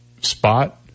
spot